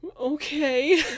Okay